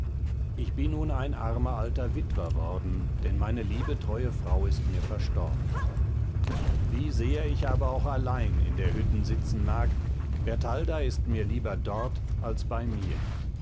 ich bin nun ein armer alter witwer worden denn meine liebe treue frau ist mir erstorben wie sehr ich aber auch allein in der hütten sitzen mag bertalda ist mir lieber dort als bei mir